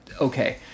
okay